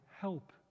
help